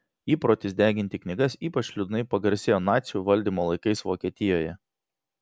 įprotis deginti knygas ypač liūdnai pagarsėjo nacių valdymo laikais vokietijoje